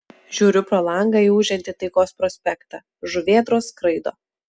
žiūriu pro langą į ūžiantį taikos prospektą žuvėdros skraido